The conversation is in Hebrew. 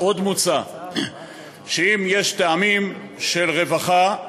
עוד מוצע שאם יש טעמים של רווחה,